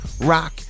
rock